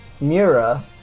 Mira